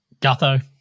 Gutho